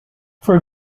for